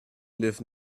live